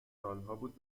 سالهابود